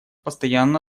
постоянно